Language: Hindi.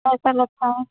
कैसा लगता है